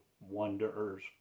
wanderers